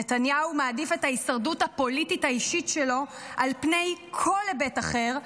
נתניהו מעדיף את ההישרדות הפוליטית האישית שלו על פני כל היבט אחר,